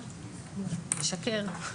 ישקר.